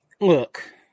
look